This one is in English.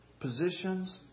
positions